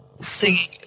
singing